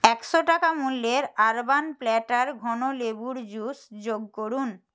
একশো টাকা মূল্যের আরবান প্ল্যাটার ঘন লেবুর জুস যোগ করুন